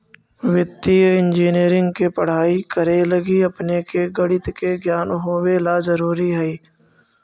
वित्तीय इंजीनियरिंग के पढ़ाई करे लगी अपने के गणित के ज्ञान होवे ला जरूरी हई